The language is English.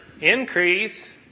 increase